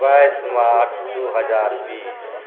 बाइस मार्च दुइ हजार बीस